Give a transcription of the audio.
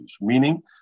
Meaning